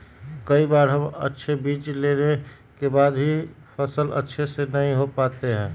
कई बार हम अच्छे बीज लेने के बाद भी फसल अच्छे से नहीं हो पाते हैं?